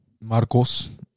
Marcos